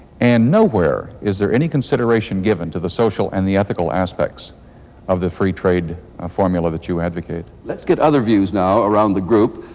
and nowhere is there any consideration given to the social and the ethical aspects of the free trade ah formula that you advocate. let's get other views now, around the group.